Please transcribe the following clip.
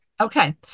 okay